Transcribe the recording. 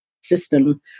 system